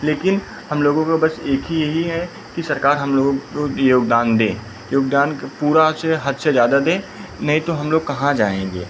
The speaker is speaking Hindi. लेकिन हम लोगों को बस एक ही यही है कि सरकार हम लोगों को योगदान दें योगदान पूरा से हद से ज़्यादा दें नहीं तो हम लोग कहाँ जाएंगे